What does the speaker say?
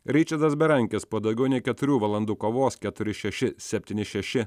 ričardas berankis po daugiau nei keturių valandų kovos keturi šeši septyni šeši